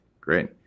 great